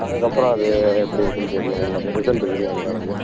அதுக்கப்பறம் அது எப்படி இருக்குன்னு தெரியும் உங்களுக்கு ரிசல்ட்டு தெரியும் அதுக்கானது